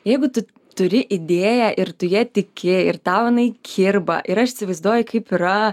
jeigu tu turi idėją ir tu ja tiki ir tau jinai kirba ir aš įsivaizduoju kaip yra